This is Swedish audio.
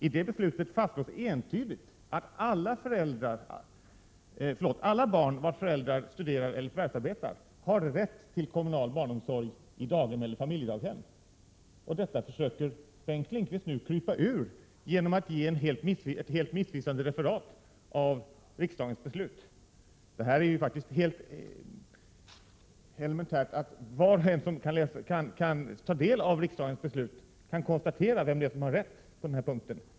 I det beslutet fastslås entydigt att alla barn vars föräldrar studerar eller förvärvsarbetar har rätt till kommunal barnomsorg i daghem eller familjedaghem. Detta försöker Bengt Lindqvist nu krypa ur genom att ge ett missvisande referat av riksdagens beslut. Men var och en som tar del av riksdagens beslut har möjlighet att konstatera vem det är som har rätt på den här punkten.